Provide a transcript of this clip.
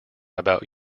about